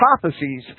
prophecies